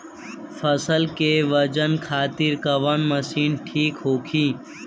फसल के वजन खातिर कवन मशीन ठीक होखि?